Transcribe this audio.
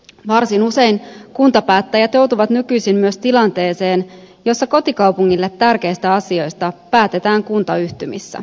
varsin usein kuntapäättäjät joutuvat nykyisin myös tilanteeseen jossa kotikaupungille tärkeistä asioista päätetään kuntayhtymissä